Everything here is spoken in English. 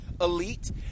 elite